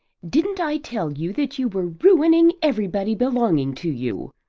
didn't i tell you that you were ruining everybody belonging to you?